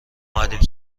اومدیم